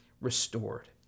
restored